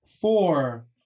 four